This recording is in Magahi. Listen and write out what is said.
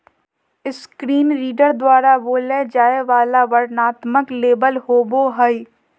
स्क्रीन रीडर द्वारा बोलय जाय वला वर्णनात्मक लेबल होबो हइ